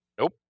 Nope